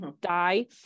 Die